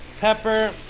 pepper